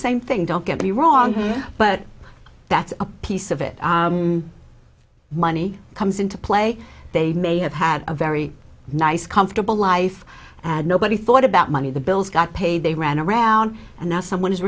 same thing don't get me wrong but that's a piece of it money comes into play they may have had a very nice comfortable life nobody thought about money the bills got paid they ran around and now someone is